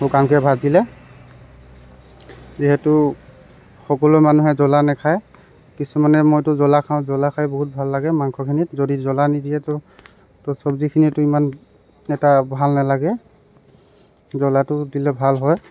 শুকানকৈ ভাজিলে যিহেতু সকলো মানুহে জ্ৱলা নেখায় কিছুমানে মইতো জলা খাওঁ জ্ৱলা খাই বহুত ভাল লাগে মাংসখিনিত যদি জ্ৱলা নিদিয়েতো তো চবজিখিনিতো ইমান এটা ভাল নেলাগে জ্ৱলাটো দিলে ভাল হয়